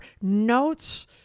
notes